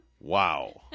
Wow